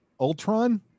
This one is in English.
Ultron